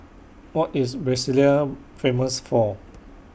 What IS Brasilia Famous For